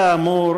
כאמור,